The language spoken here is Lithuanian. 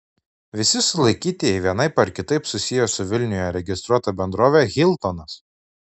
visi sulaikytieji vienaip ar kitaip susiję su vilniuje registruota bendrove hiltonas